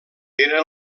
era